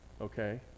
okay